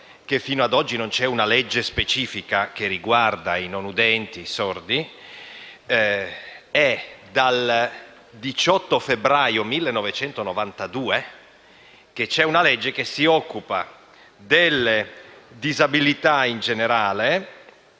che fino ad oggi non c'è stata una legge specifica che riguarda i non udenti (i sordi), è dal 18 febbraio 1992 che c'è una legge che si occupa delle disabilità in generale.